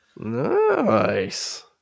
nice